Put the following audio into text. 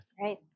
Right